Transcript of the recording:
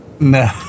No